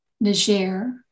Niger